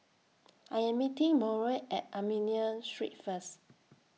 I Am meeting Mauro At Armenian Street First